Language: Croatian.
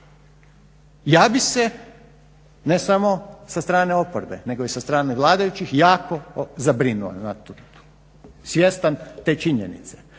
Ja bih se ne samo sa strane oporbe nego i sa strane vladajućih jako zabrinuo nad tim, svjestan te činjenice.